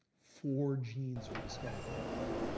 four genes were discovered worldwide.